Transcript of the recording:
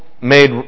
made